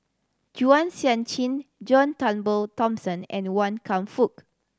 Chua Sian Chin John Turnbull Thomson and Wan Kam Fook